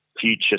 future